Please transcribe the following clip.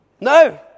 No